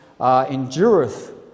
endureth